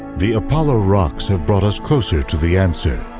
the apollo rocks have brought us closer to the answer,